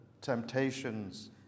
temptations